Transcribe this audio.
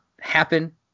happen